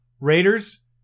Raiders